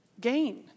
gain